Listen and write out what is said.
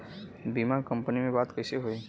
बीमा कंपनी में बात कइसे होई?